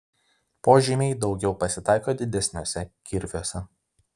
požymiai daugiau pasitaiko didesniuose kirviuose